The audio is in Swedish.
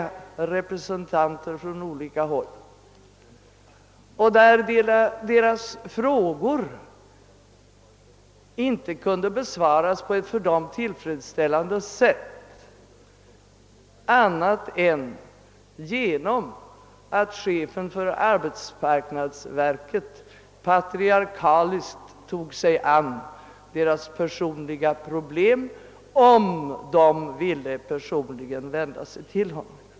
Frågorna kunde emellertid inte besvaras på ett för frågeställarna tillfredsställande sätt, utan chefen för arbetsmarknadsverket förklarade helt patriarkaliskt att han skulle ta sig an deras problem, om de frågande personligen vände sig till honom.